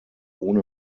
ohne